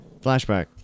flashback